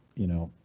you know,